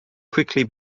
quickly